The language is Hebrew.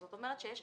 זאת אומרת שיש